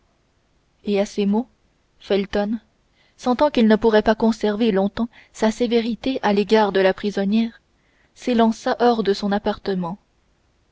et à ces mots felton sentant qu'il ne pourrait pas conserver longtemps sa sévérité à l'égard de la prisonnière s'élança hors de son appartement